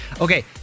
okay